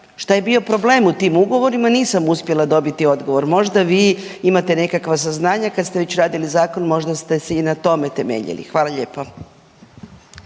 šta je bio problem u tim ugovorima nisam uspjela dobiti odgovor, možda vi imate nekakva saznanja kad ste već radili zakon možda ste se i na tome temeljili? Hvala lijepo.